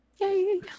yay